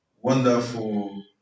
Wonderful